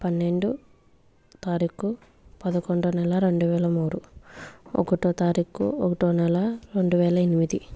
పన్నెండవ తారీఖు పదకొండో నెల రెండు వేల మూడు ఒకటో తారీఖు ఒకటో నెల రెండు వేల ఎనిమిది